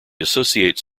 associates